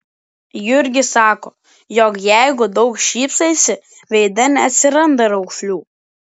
jurgis sako jog jeigu daug šypsaisi veide neatsiranda raukšlių